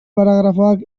paragrafoak